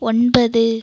ஒன்பது